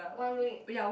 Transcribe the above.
one week